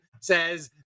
says